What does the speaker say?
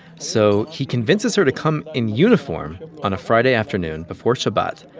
so he convinces her to come in uniform on a friday afternoon, before shabbat,